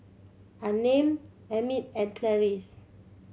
Unnamed Emmitt and Clarice